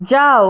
যাও